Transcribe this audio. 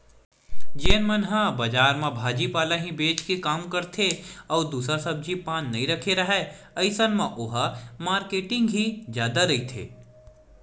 जेन मन ह बजार म भाजी पाला ही बेंच के काम करथे अउ दूसर सब्जी पान नइ रखे राहय अइसन म ओहा मारकेटिंग ही जादा रहिथे